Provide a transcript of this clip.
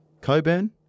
Coburn